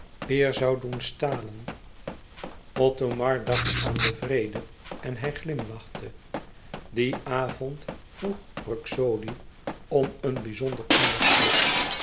weêr zoû doen stalen othomar dacht aan den vrede en hij glimlachte dien avond vroeg ruxodi om een bizonder onderhoud